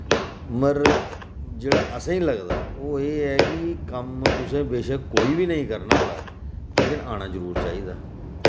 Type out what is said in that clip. मगर जेह्ड़ा असें लगदा ओह् एह् ऐ कि कम्म तुसें बेशक कोई बी नेईं करना होऐ लेकिन आना जरूर चाहिदा